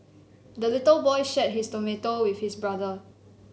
the little boy shared his tomato with his brother